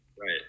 Right